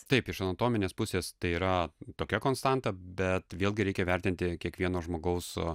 taip iš anatominės pusės tai yra tokia konstanta bet vėlgi reikia vertinti kiekvieno žmogaus